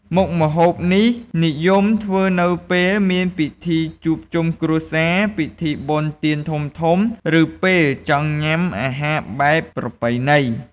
មុខម្ហូបនេះនិយមធ្វើនៅពេលមានពិធីជួបជុំគ្រួសារ ពិធីបុណ្យទានធំៗ ឬពេលចង់ញ៉ាំអាហារបែបប្រពៃណី។